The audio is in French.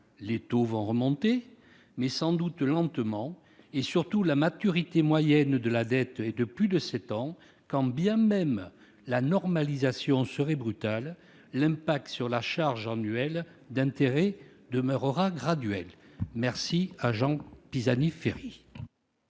les taux vont remonter, mais sans doute lentement et, surtout, la maturité moyenne de la dette est de plus de sept ans. Quand bien même la normalisation serait brutale, l'impact sur la charge annuelle d'intérêts demeurera graduel. » Merci à Jean Pisani-Ferry